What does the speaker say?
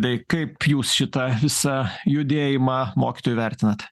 tai kaip jūs šitą visą judėjimą mokytojų vertinat